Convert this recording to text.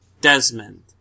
Desmond